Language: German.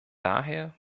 daher